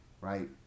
right